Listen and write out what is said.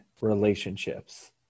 relationships